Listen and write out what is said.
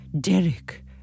Derek